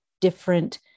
different